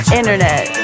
internet